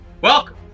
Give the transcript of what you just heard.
Welcome